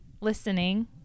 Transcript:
listening